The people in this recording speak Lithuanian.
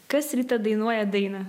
kas rytą dainuoja dainą